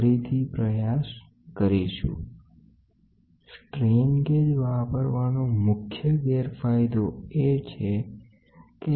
load cell કે જેમાં strain ગેજનો ઉપયોગ થતો હોય તે વાપરવાનો મુખ્ય ગેરફાયદો એ છે કે એમાં ડાયનેમિક રિસ્પોન્સ ઓછો મળે છે